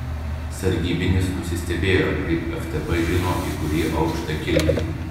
sargybinis nusistebėjo kaip ftb žino į kurį aukštą kilti